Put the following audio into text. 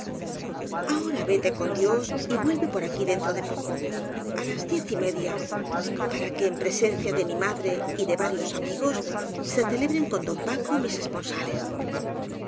ahora vete con dios y vuelve por aquí dentro de poco á las diez y media para que en presencia de mi madre y de varios amigos se celebren coir don paco mis esponsales